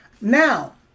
Now